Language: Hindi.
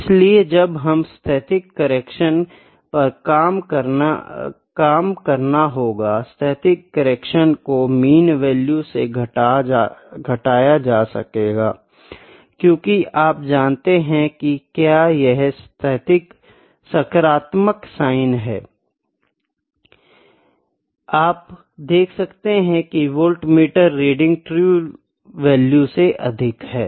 इसलिए जब हमें स्थैतिक करेक्शन पर काम करना होगा स्थैतिक करेक्शन को मीन वैल्यू से घटाया जा सकेगा क्योंकि आप जानते हैं कि क्या यह सकारात्मक साइन है आप देख सकते हैं कि वाल्टमीटर रीडिंग ट्रू वैल्यू से अधिक है